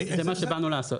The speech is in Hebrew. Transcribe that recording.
זה מה שבאנו לעשות.